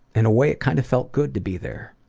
in a way it kind of felt good to be there.